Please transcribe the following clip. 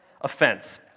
offense